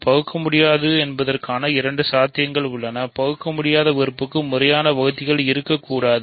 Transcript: பகுக்கமுடியாதது என்பதற்கு இரண்டு சாத்தியங்கள் உள்ளனபகுக்க முடியாத உறுப்புக்கு முறையான வகுத்தி கள் இருக்க முடியாது